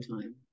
time